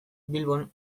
bilbon